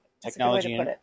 Technology